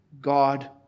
God